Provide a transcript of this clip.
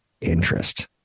interest